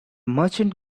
merchant